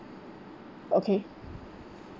okay